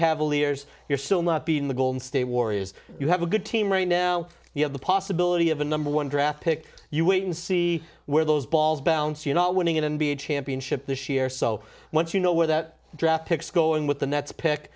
cavaliers you're still not be in the golden state warriors you have a good team right now you have the possibility of a number one draft pick you wait and see where those balls bounce you're not winning at n b a championship this year so once you know where that draft picks go in with the nets pick